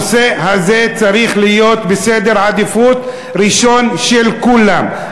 הנושא הזה צריך להיות ראשון בסדר העדיפויות של כולם.